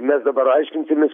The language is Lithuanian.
mes dabar aiškinsimės